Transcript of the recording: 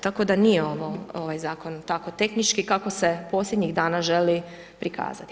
Tako da nije ovo, ovaj zakon tako tehnički kako se posljednjih dana želi prikazati.